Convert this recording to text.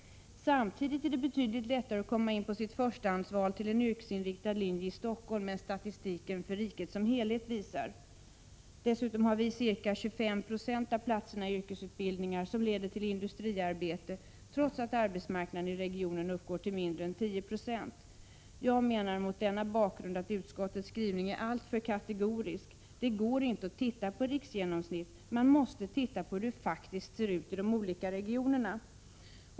Samtidigt är det betydligt lättare att komma in på sitt förstahandsval till en yrkesinriktad linje i Stockholm än statistiken för riket som helhet visar. Dessutom har vi ca 25 96 av platserna i yrkesutbildningar som leder till industriarbete, trots att arbetsmarknaden i regionen uppgår till mindre än 10 26. Jag menar mot denna bakgrund att utskottets skrivning är alltför kategorisk. Det går inte att titta på riksgenomsnitt, utan man måste titta på hur det faktiskt ser ut i de olika regionerna.